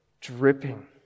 dripping